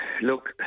look